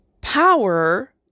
Power